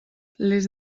les